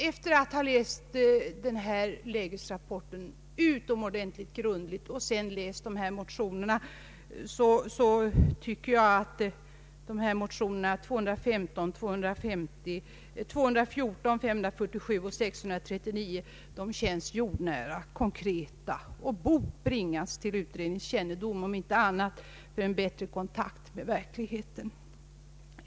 Efter att ha läst lägesrapporten utomordentligt grundligt tycker jag att motionerna I: 214 och II: 248, I:215 och II: 250 samt 1I:547 och II:639 känns jordnära och konkreta och att de bort bringas till utredningens kännedom, om inte annat för en bättre kontakt med verkligheten.